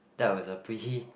that was a pretty